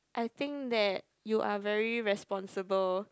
I think that you are very responsible